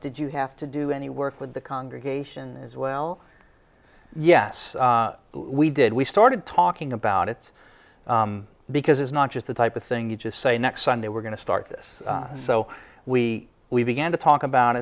did you have to do any work with the congregation as well yes we did we started talking about it's because it's not just the type of thing you just say next sunday we're going to start this so we we began to talk about